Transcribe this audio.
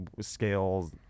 scales